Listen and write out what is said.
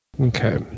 Okay